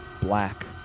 black